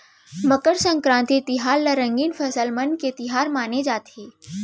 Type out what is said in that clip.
मकर संकरांति तिहार ल रंगीन फसल मन के तिहार माने जाथे